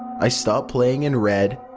i stopped playing and read,